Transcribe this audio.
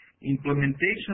implementation